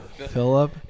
Philip